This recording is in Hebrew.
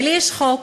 ולי יש חוק